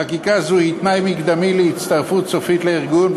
חקיקה זו היא תנאי מקדמי להצטרפות סופית לארגון,